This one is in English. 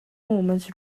moments